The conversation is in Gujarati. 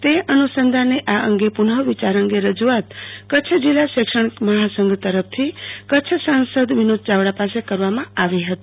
તે અનુસંધાને આ અંગ પુનઃવિચાર અંગે રજુઆતો કચ્છ જિલ્લા શૈક્ષણિક મહાસંગ તરફથી કચ્છ સાંસદ વિનોદ ચાવડા પાસે કરવામાં આવી હતી